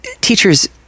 Teachers